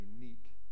unique